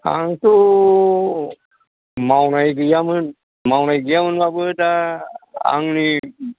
आंथ' मावनाय गैयामोन मावनाय गैयामोनब्लाबो दा आंनि